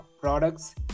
products